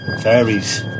fairies